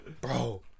bro